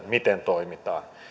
miten toimitaan